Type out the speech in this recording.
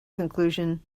conclusion